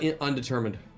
Undetermined